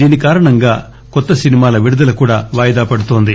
దీని కారణంగా కొత్త సినిమాల విడుదల వాయిదా పడుతోంది